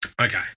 Okay